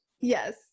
Yes